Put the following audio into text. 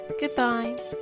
Goodbye